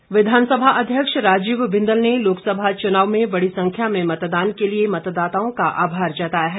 बिंदल विधानसभा अध्यक्ष राजीव बिंदल ने लोकसभा चुनाव में बड़ी संख्या में मतदान के लिए मतदाताओं का आभार जताया है